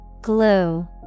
Glue